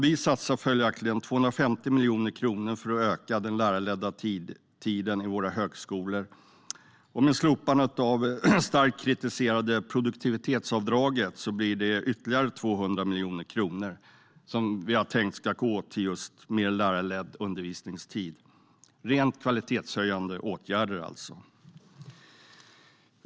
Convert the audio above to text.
Vi satsar 250 miljoner kronor för att öka den lärarledda tiden i våra högskolor. I och med slopandet av det starkt kritiserade produktivitetsavdraget blir det ytterligare 200 miljoner kronor som vi har tänkt ska gå till mer lärarledd undervisningstid. Det är alltså rent kvalitetshöjande åtgärder.